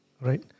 Right